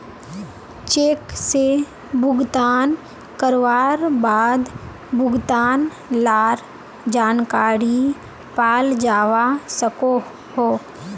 cheque से भुगतान करवार बाद भुगतान लार जानकारी पाल जावा सकोहो